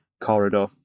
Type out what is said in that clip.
corridor